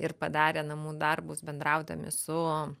ir padarę namų darbus bendraudami su